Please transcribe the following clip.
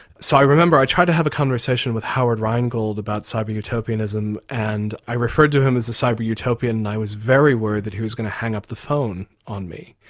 so i remember, i tried to have a conversation with howard rheingold about cyber-utopianism, and i referred to him as a cyber-utopian and i was very worried that he was going to hang up the phone on me.